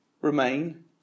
remain